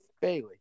Bailey